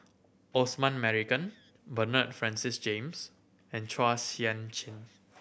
Osman Merican Bernard Francis James and Chua Sian Chin